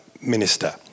minister